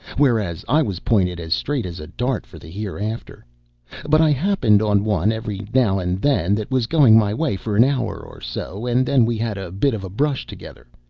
whereas i was pointed as straight as a dart for the hereafter but i happened on one every now and then that was going my way for an hour or so, and then we had a bit of a brush together.